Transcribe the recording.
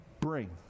bring